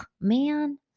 man